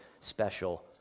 special